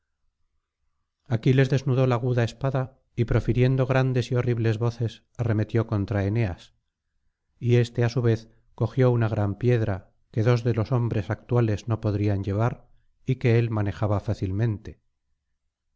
cerca aquiles desnudó la aguda espada y profiriendo grandes y horribles voces arremetió contra eneas y éste á su vez cogió una gran piedra que dos de los hombres actuales no podrían llevar y que él manejaba fácilmente